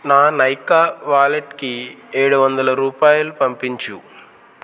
నా నైకా వాలెట్కి ఏడు వందల రూపాయలు పంపించు